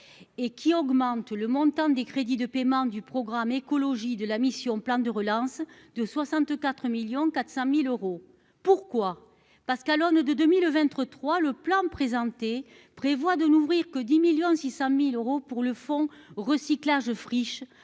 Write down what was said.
et qui augmente le montant des crédits de paiement du programme écologie de la mission, plan de relance de 64 millions 400 1000 euros, pourquoi, parce qu'à l'aune de 2023, le plan présenté prévoit de n'ouvrir que 10 millions 600 1000 euros pour le fonds recyclage friche